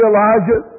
Elijah